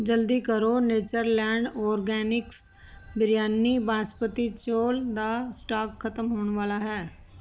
ਜਲਦੀ ਕਰੋ Natureland Organics biryani basmati ਚੌਲ ਦਾ ਸਟਾਕ ਖਤਮ ਹੋਣ ਵਾਲਾ ਹੈ